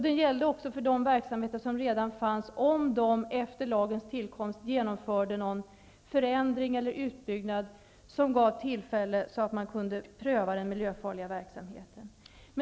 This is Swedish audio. Den gällde också för de verksamheter som redan fanns, om de efter lagens tillkomst genomförde någon förändring eller utbyggnad som gav tillfälle att pröva den miljöfarliga verksamheten.